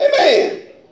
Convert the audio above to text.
Amen